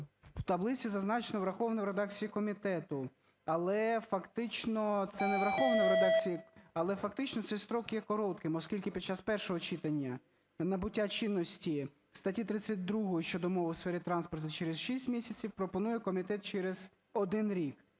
фактично це не враховано в редакції, але фактично цей строк є коротким, оскільки під час першого читання набуття чинності статті 32 щодо мови у сфері транспорту через 6 місяців, пропонує комітет через 1 рік.